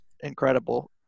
incredible